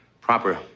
proper